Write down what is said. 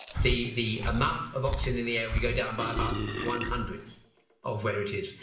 the the amount of oxygen in the air would go down by about one hundred of where it is.